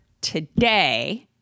today